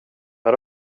vad